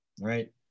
right